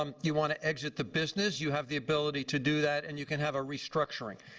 and you want to exit the business, you have the ability to do that and you can have a restructuring.